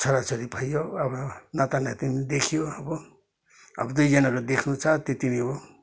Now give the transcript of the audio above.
छोराछोरी भयो अब नाता नातिनी देखियो अब अब दुईजनाहरू देख्नु छ हो त्यति नै हो